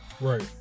Right